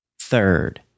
Third